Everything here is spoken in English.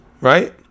right